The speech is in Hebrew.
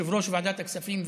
יושב-ראש ועדת הכספים,